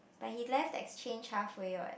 but he left the exchange halfway what